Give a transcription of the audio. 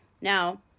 Now